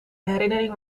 herinnering